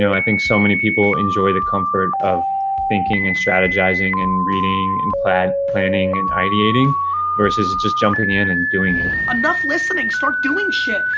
i think so many people enjoy the comfort of thinking and strategizing and reading and planning planning and ideating versus just jumping in and doing it. enough listening, start doing shit.